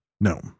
No